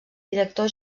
director